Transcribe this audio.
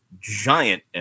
giant